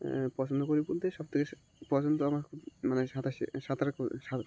পছন্দ করি বলতে সবথেকে পছন্দ আমার খুব মানে সাঁতার সে সাঁতার সা